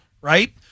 right